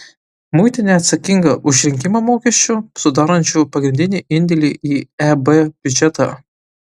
muitinė atsakinga už rinkimą mokesčių sudarančių pagrindinį indėlį į eb biudžetą